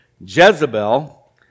Jezebel